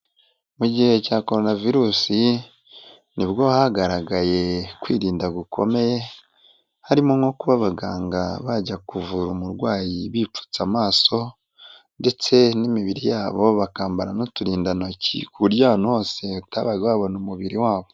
Mu gihe cya koronavirusi, nibwo hagaragaye kwirinda gukomeye, harimo nko kuba abaganga bajya kuvura umurwayi bipfutse amaso ndetse n'imibiri yabo, bakambara n'uturindantoki ku buryo ahantu hose utabaga wabona umubiri wabo.